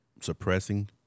suppressing